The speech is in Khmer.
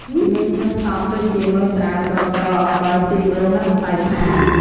វាមានគ្រឿងផ្សំដូចជា មើមត្រាវ ស្ករស អំបិល ខ្ទិះដូង និង ម្សៅឆា។